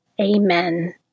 Amen